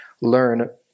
learn